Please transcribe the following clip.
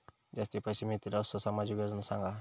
जास्ती पैशे मिळतील असो सामाजिक योजना सांगा?